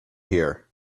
here